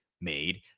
made